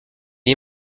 est